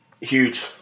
Huge